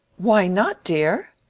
why not, dear?